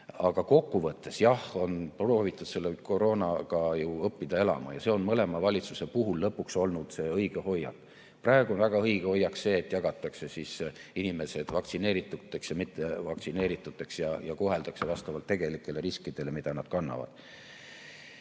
Aga kokkuvõttes jah, on proovitud koroonaga ju õppida elama ja see on mõlema valitsuse puhul lõpuks olnud õige hoiak. Praegu on väga õige hoiak see, et jagatakse inimesed vaktsineerituteks ja mittevaktsineerituteks ja koheldakse neid vastavalt tegelikele riskidele, mida nad kannavad.